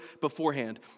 beforehand